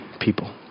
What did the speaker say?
people